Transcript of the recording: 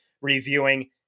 reviewing